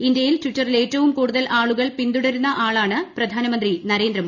ഇന്തൃയിൽ ടിറ്ററിൽ ഏറ്റവും കൂടുതൽ ആളുകൾ പിന്തുടരുന്ന ആളാ്ട്ണ് പ്രധാനമന്ത്രി മോദി